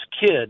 kid